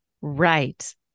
Right